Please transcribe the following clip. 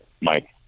Mike